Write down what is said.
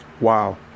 wow